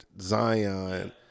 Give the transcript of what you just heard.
Zion